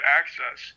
access